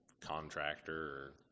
contractor